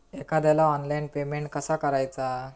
एखाद्याला online payment कसा करायचा?